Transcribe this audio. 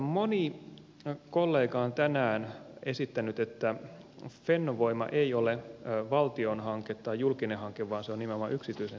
moni kollega on tänään esittänyt että fennovoima ei ole valtion hanke tai julkinen hanke vaan se on nimenomaan yksityisen sektorin hanke